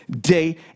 day